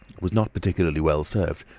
was not particularly well served,